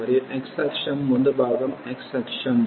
మరియు x అక్షం ముందు భాగం x అక్షం